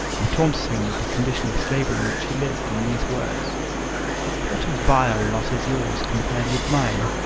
and taunted him with the condition of slavery in which he lived, in these words what a vile lot is yours compared with mine!